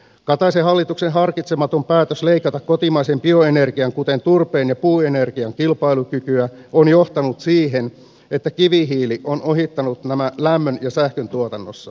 kataisen hallituksen harkitsematon päätös leikata kotimaisen bioenergian kuten turpeen ja puuenergian kilpailukykyä on johtanut siihen että kivihiili on ohittanut nämä lämmön ja sähköntuotannossa